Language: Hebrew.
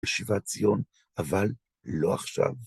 ישיבת ציון, אבל לא עכשיו.